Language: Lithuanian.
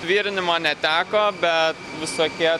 virinimo neteko bet visokie